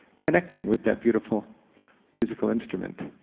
connecting with that beautiful musical instrument.